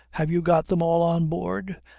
have you got them all on board?